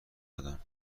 دادم